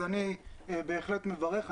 אז אני בהחלט מברך,